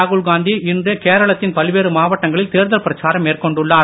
ராகுல் காந்தி இன்று கேரளத்தின் பல்வேறு மாவட்டங்களில் தேர்தல் பிரச்சாரம் மேற்கொண்டுள்ளார்